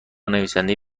نویسنده